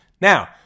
Now